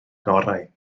gorau